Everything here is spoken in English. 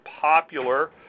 popular